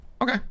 Okay